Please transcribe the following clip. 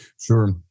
Sure